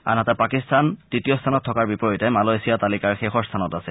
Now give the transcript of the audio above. আনহাতে পাকিস্তান তৃতীয় স্থানত থকাৰ বিপৰীতে মালয়েছিয়া তালিকাৰ শেষৰ স্থানত আছে